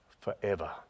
forever